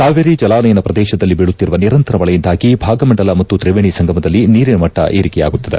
ಕಾವೇರಿ ಜಲಾನಯನ ಶ್ರದೇಶದಲ್ಲಿ ಬೀಳುತ್ತಿರುವ ನಿರಂತರ ಮಳೆಯಿಂದಾಗಿ ಭಾಗಮಂಡಲ ಮತ್ತು ತ್ರಿವೇಣಿ ಸಂಗಮದಲ್ಲಿ ನೀರಿನ ಮಟ್ಟ ಏರಿಕೆಯಾಗುತ್ತಿದೆ